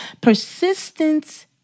Persistence